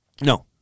no